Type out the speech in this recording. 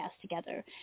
together